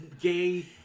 gay